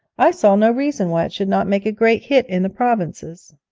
i saw no reason why it should not make a great hit in the provinces.